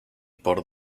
por